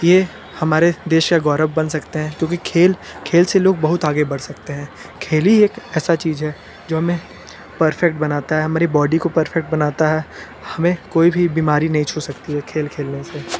ये हमारे देश का गौरव बन सकते हैं क्योंकि खेल खेल से लोग बहुत आगे बढ़ सकते हैं खेल ही एक ऐसी चीज़ है जो हमें परफेक्ट बनाता है हमारी बॉडी को परफेक्ट बनाता है हमें कोई भी बीमारी नहीं छू सकती है खेल खेलने से